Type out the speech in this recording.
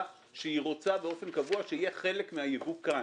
שהיא רוצה באופן קבוע שיהיה חלק מהיבוא כאן.